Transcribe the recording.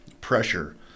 pressure